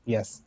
Yes